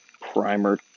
primer